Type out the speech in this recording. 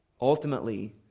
Ultimately